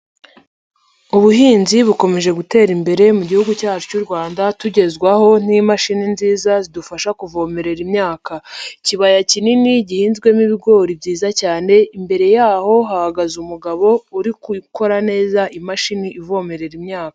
Ubuhinzi bukomeje gutera imbere mu gihugu cyacu cy'u Rwanda, tugezwaho n'imashini nziza zidufasha kuvomerera imyaka. Ikibaya kinini gihinzwemo ibigori byiza cyane, imbere yaho hahagaze umugabo urikora neza imashini ivomerera imyaka.